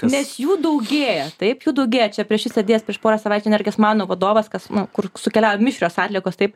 nes jų daugėja taip jų daugėja čia prieš jus sedėjęs prieš porą savaičių energijos mano vadovas kas nu kur sukeliauja mišrios atliekos taip